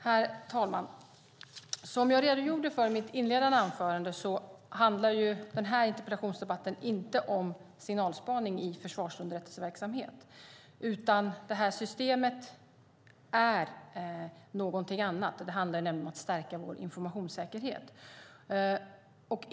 Herr talman! Som jag redogjorde för i mitt interpellationssvar handlar interpellationen inte om signalspaning i försvarsunderrättelseverksamhet. Det här systemet är någonting annat. Det handlar nämligen om att stärka vår informationsverksamhet.